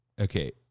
Okay